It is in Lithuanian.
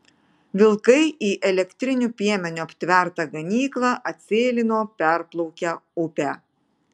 vilkai į elektriniu piemeniu aptvertą ganyklą atsėlino perplaukę upę